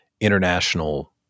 international